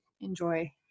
enjoy